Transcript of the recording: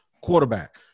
quarterback